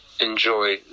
enjoy